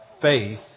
faith